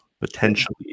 potentially